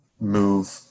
move